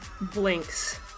blinks